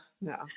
no